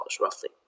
roughly